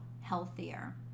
healthier